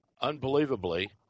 unbelievably